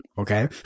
Okay